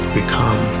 become